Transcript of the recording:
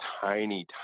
tiny